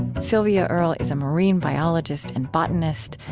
sylvia earle is a marine biologist and botanist,